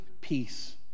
peace